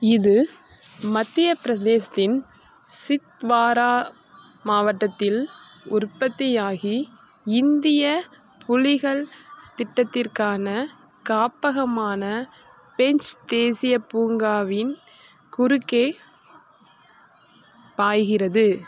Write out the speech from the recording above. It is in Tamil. இது மத்தியப் பிரதேசத்தின் சித்வாரா மாவட்டத்தில் உற்பத்தியாகி இந்திய புலிகள் திட்டத்திற்கான காப்பகமான பென்ச் தேசிய பூங்காவின் குறுக்கே பாய்கிறது